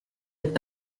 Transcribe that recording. est